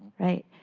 right?